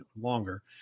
longer